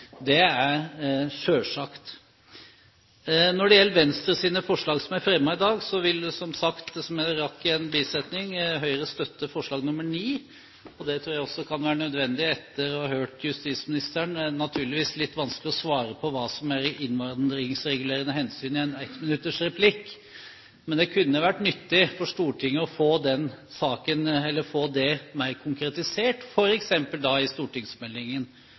Det er selvsagt. Når det gjelder Venstres forslag som er fremmet i dag, vil som sagt – som jeg rakk å si i en bisetning – Høyre støtte forslag nr. 9. Det tror jeg også kan være nødvendig etter å ha hørt justisministeren. Det er naturligvis litt vanskelig å svare på hva som er «innvandringsregulerende hensyn» i en replikk på 1 minutt, men det kunne vært nyttig for Stortinget å få det mer konkretisert, f.eks. da i stortingsmeldingen